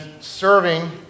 serving